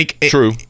True